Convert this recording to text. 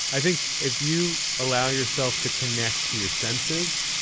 i think if you allow yourself to connect to your senses,